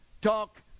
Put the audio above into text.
talk